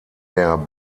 der